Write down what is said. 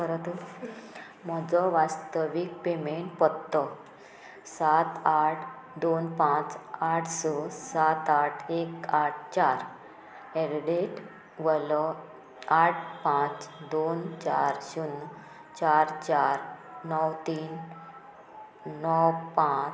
परत म्हजो वास्तवीक पेमेंट पत्तो सात आठ दोन पांच आठ सात आठ एक आठ चार एट वलो आठ पांच दोन चार शुन्य चार चार णव तीन णव पांच